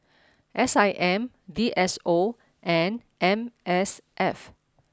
S I M D S O and M S F